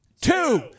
two